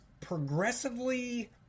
progressively